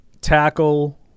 tackle